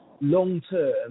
long-term